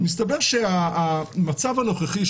מסתבר שהמצב הנוכחי,